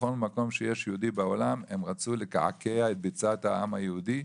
בכל מקום שיש יהודי בעולם הם רצו לקעקע את העם היהודי,